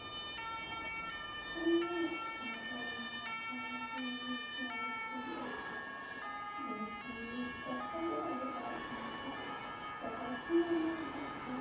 ᱚᱱᱟ ᱜᱮ ᱚᱱᱠᱟᱭ ᱛᱟᱦᱮᱱ ᱵᱷᱤᱴᱱᱟᱵᱷᱤᱴ ᱥᱤ ᱮ ᱵᱤ ᱥᱤ ᱡᱚᱛᱚ ᱜᱮ ᱚᱡᱚᱜ ᱵᱟᱲᱟᱭᱮᱫ ᱛᱟᱦᱮᱱᱟᱠᱚ ᱛᱚ ᱦᱚᱲ ᱠᱩᱧ ᱢᱮᱱ ᱵᱟᱲᱟᱣ ᱠᱟᱜ ᱠᱚᱣᱟ